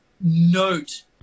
note